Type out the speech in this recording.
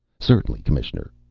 certainly, commissioner.